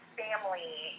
family